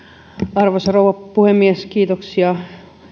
arvoisa rouva puhemies kiitoksia